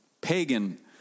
pagan